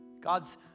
God's